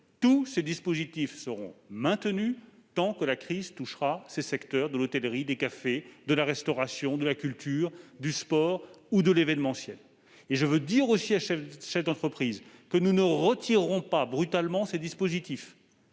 partielle, seront maintenus tant que la crise touchera les secteurs de l'hôtellerie, des cafés, de la restauration, de la culture, du sport ou de l'événementiel. Je veux dire aux chefs d'entreprise concernés que nous ne retirerons pas brutalement ces dispositifs.